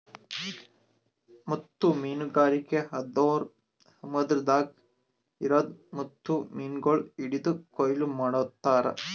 ಮುತ್ತು ಮೀನಗಾರಿಕೆ ಅಂದುರ್ ಸಮುದ್ರದಾಗ್ ಇರದ್ ಮುತ್ತು ಮೀನಗೊಳ್ ಹಿಡಿದು ಕೊಯ್ಲು ಮಾಡ್ತಾರ್